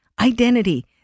identity